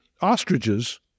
ostriches